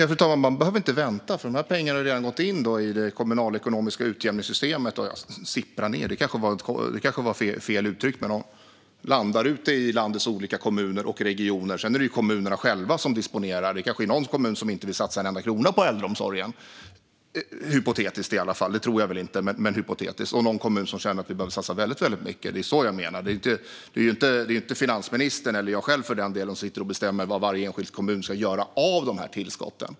Fru talman! Man behöver inte vänta, för dessa pengar har redan gått in i det kommunalekonomiska utjämningssystemet. Sippra ned var kanske fel uttryck. Men pengarna landar ute i landets olika kommuner och regioner. Sedan är det kommunerna själva som disponerar pengarna. Det är kanske någon kommun som hypotetiskt inte vill satsa en enda krona på äldreomsorgen, även om jag inte tror det, och någon annan kommun som känner att man behöver satsa väldigt mycket. Det är detta jag menar. Det är inte finansministern eller jag själv för den delen som sitter och bestämmer vad varje enskild kommun ska göra med dessa tillskott.